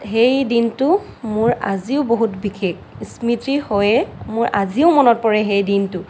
সেই দিনটো মোৰ আজিও বহুত বিশেষ স্মৃতি হৈয়ে মোৰ আজিও মনত পৰে সেই দিনটো